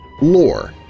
Lore